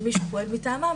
שמי שפועל מטעמם,